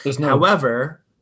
However-